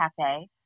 cafe